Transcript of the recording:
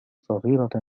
صغيرة